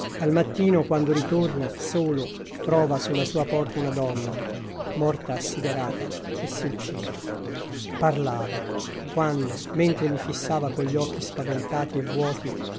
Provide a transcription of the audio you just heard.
al mattino quando ritorna solo trova sulla sua porta una donna morta assiderata e si uccide parlava quando mentre mi fissava cogli occhi spaventati e vuoti